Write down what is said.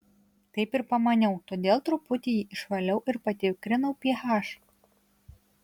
taip ir pamaniau todėl truputį jį išvaliau ir patikrinau ph